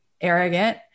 arrogant